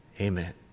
Amen